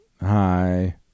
Hi